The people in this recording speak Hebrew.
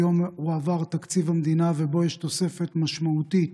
היום הועבר תקציב המדינה, ויש בו תוספת משמעותית